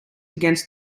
against